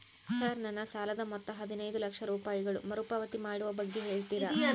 Sir ನನ್ನ ಸಾಲದ ಮೊತ್ತ ಹದಿನೈದು ಲಕ್ಷ ರೂಪಾಯಿಗಳು ಮರುಪಾವತಿ ಮಾಡುವ ಬಗ್ಗೆ ಹೇಳ್ತೇರಾ?